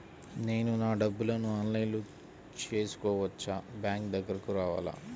నేను నా డబ్బులను ఆన్లైన్లో చేసుకోవచ్చా? బ్యాంక్ దగ్గరకు రావాలా?